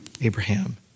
Abraham